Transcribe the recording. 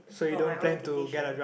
for my own decision